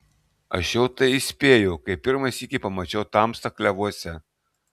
aš jau tai įspėjau kai pirmą sykį pamačiau tamstą klevuose